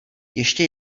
ještě